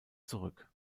zurück